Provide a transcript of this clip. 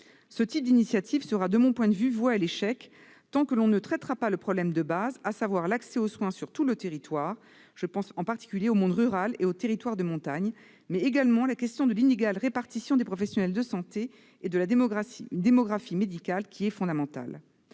De telles initiatives sont, de mon point de vue, vouées à l'échec tant que l'on ne traitera pas le problème de base, à savoir l'accès aux soins sur tout le territoire. Je pense en particulier au monde rural et aux territoires de montagne, mais également à la question de l'inégale répartition des professionnels de santé et à celle de la démographie médicale, qui sont fondamentales.